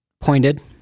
pointed